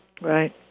right